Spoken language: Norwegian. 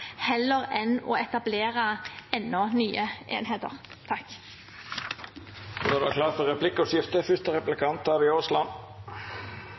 heller enn å etablere enda flere nye enheter. Det vert replikkordskifte.